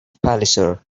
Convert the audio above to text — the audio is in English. palliser